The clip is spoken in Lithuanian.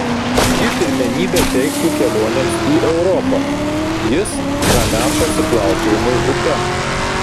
ji pirmenybę teiktų kelionėms į europą jis ramiam pasiplaukiojimui upe